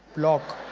block,